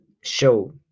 show